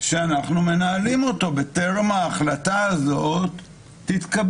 שאנחנו מנהלים בטרם ההחלטה תתקבל.